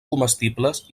comestibles